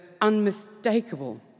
unmistakable